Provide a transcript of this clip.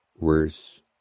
verse